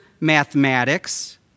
mathematics